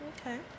Okay